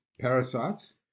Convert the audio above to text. parasites